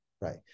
right